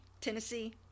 Tennessee